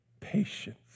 patience